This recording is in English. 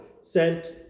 sent